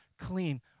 clean